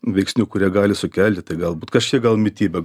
veiksnių kurie gali sukelti tai galbūt kažkiek gal mityba